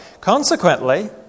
Consequently